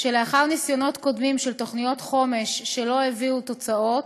לאחר ניסיונות קודמים של תוכניות חומש שלא הביאו תוצאות,